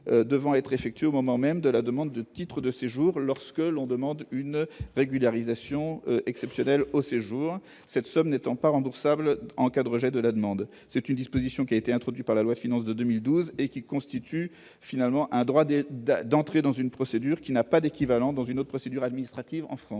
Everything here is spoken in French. devant être effectués au moment même de la demande de titre de séjour, lorsque l'on demande une régularisation exceptionnelle au séjour, cette somme n'étant pas remboursable en cas de rejet de la demande, c'est une disposition qui a été introduit par la loi de finances de 2012 et qui constitue finalement un droit d'entrer dans une procédure qui n'a pas d'équivalent dans une autre procédure administrative en France,